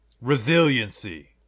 Resiliency